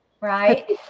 right